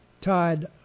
tied